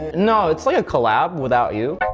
no, it's like a collab without you.